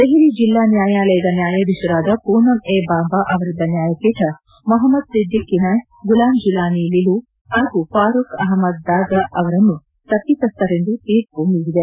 ದೆಹಲಿ ಜೆಲ್ಲಾ ನ್ವಾಯಾಲಯದ ನ್ವಾಯಾಧೀಶರಾದ ಪೂನಂ ಎ ಬಾಂಬ ಅವರಿದ್ದ ನ್ವಾಯಪೀಠ ಮೊಹಮ್ನದ್ ಒದ್ದಿಕ್ ಗಿನಾಯ್ ಗುಲಾಂ ಜಿಲಾನಿ ಲಿಲು ಹಾಗೂ ಫಾರೂಕ್ ಅಹಮ್ನದ್ ದಾಗ ಅವರನ್ನು ತಪ್ಪಿತಸ್ವರೆಂದು ತೀರ್ಮ ನೀಡಿದೆ